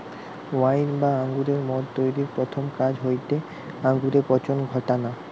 wine বা আঙুরের মদ তৈরির প্রথম কাজ হয়টে আঙুরে পচন ঘটানা